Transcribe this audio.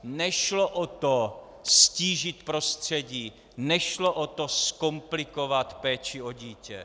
Nešlo o to ztížit prostředí, nešlo o to zkomplikovat péči o dítě.